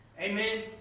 Amen